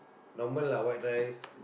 normal lah white rice